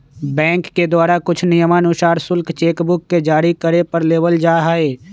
bank के द्वारा कुछ नियमानुसार शुल्क चेक बुक के जारी करे पर लेबल जा हई